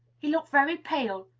he looked very pale,